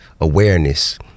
awareness